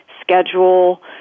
schedule